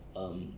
um